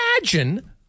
imagine